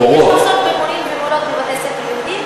יש מחסור במורים ומורות בבתי-ספר יהודיים,